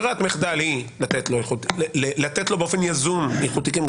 ברירת המחדל היא לתת לו באופן יזום איחוד תיקים,